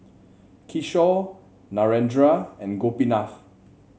Kishore Narendra and Gopinath